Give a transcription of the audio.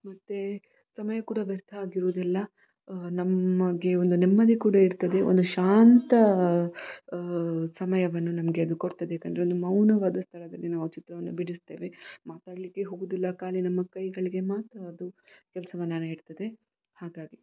ಮತ್ತು ಸಮಯ ಕೂಡ ವ್ಯರ್ಥ ಆಗಿರೋದಿಲ್ಲ ನಮಗೆ ಒಂದು ನೆಮ್ಮದಿ ಕೂಡ ಇರ್ತದೆ ಒಂದು ಶಾಂತ ಸಮಯವನ್ನು ನಮಗೆ ಅದು ಕೊಡ್ತದೆ ಏಕಂದರೆ ಒಂದು ಮೌನವಾದ ಸ್ಥಳದಲ್ಲಿ ನಾವು ಚಿತ್ರವನ್ನು ಬಿಡಿಸ್ತೇವೆ ಮಾತಾಡಲಿಕ್ಕೆ ಹೋಗೋದಿಲ್ಲ ಖಾಲಿ ನಮ್ಮ ಕೈಗಳಿಗೆ ಮಾತ್ರ ಅದು ಕೆಲಸವನ್ನ ನೀಡ್ತದೆ ಹಾಗಾಗಿ